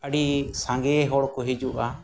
ᱟᱹᱰᱤ ᱥᱟᱸᱜᱮ ᱦᱚᱲᱠᱚ ᱦᱤᱡᱩᱜᱼᱟ